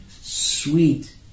sweet